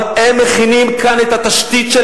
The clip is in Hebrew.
אבל הם מכינים כאן את התשתית של